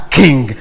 king